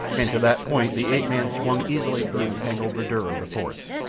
and to that point the ape-man swung easily through the tangled verdure of the forest.